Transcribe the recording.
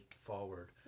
forward